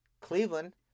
Cleveland